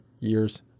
years